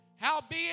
Howbeit